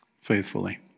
faithfully